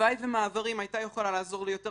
הלוואי ו"מעברים" היתה יכולה לעזור ליותר